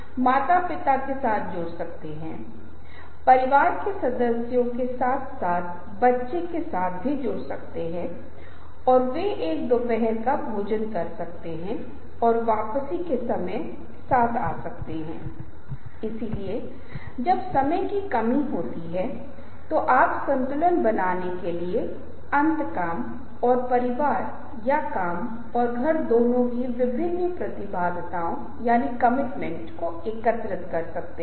संज्ञानात्मक पूर्वाग्रह में आप देखते हैं कि इस तथ्य के बावजूद कि अगर हम थोड़ा गहराई से सोचते हैं तो सही विकल्प हमारे पास आएगा हम अक्सर गलत निर्णय लेते हैं इन्हें संज्ञानात्मक पूर्वाग्रह के रूप में जाना जाता है और फिर वे कई कारणों से होते हैं क्योंकि अक्सर हम वही करते हैं जिसे न्यायिक निर्णय लेने त्वरित निर्णय लेने के रूप में जाना जाता है हम चीजों का विश्लेषण नहीं करना चाहते हैं हम आवेग पर चलते हैं क्योंकि हमारे लिए ऐसा करना आसान है